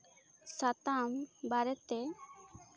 ᱥᱟᱛᱟᱢ ᱵᱟᱨᱮᱛᱮ